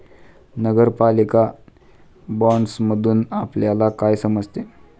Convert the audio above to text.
नगरपालिका बाँडसमधुन आपल्याला काय समजते?